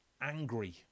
angry